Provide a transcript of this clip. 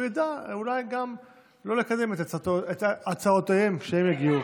הוא ידע אולי גם לא לקדם את הצעותיהם כשהם יגיעו.